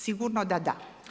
Sigurno da da.